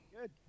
Good